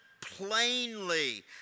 plainly